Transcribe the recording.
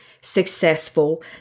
successful